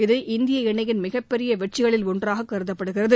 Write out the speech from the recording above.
இது இந்திய இணையின் மிகப்பெரிய வெற்றிகளில் ஒன்றாக கருதப்படுகிறது